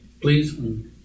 Please